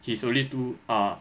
he's only two ah